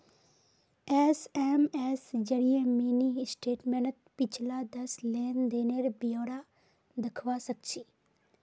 SMS जरिए mini स्टेटमेंटत पिछला दस लेन देनेर ब्यौरा दखवा सखछी